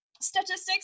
statistics